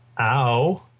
ow